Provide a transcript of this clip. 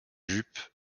jupe